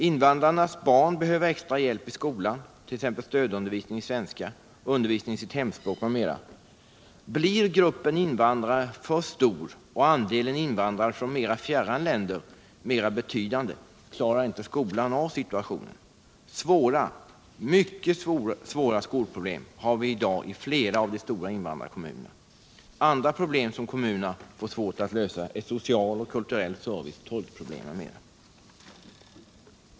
Invandrarnas barn behöver extra hjälp i skolan, t.ex. stödundervisning i svenska, undervisning i sitt hemspråk m.m. Blir gruppen invandrare för stor och andelen invandrare från fjärran länder mera betydande, så klarar inte skolan av situationen. Vi har i dag mycket svåra skolproblem i flera av de stora invandrarkommunerna. Andra problem som kommunerna får svårt att lösa är social och kulturell service, tolkproblem osv.